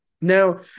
Now